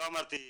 בבקשה.